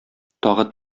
тагы